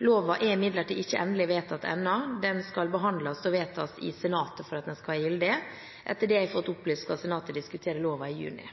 Loven er imidlertid ikke endelig vedtatt ennå. Den skal behandles og vedtas i senatet for at den skal være gyldig. Etter det jeg har fått opplyst, skal senatet diskutere loven i juni.